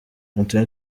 anthony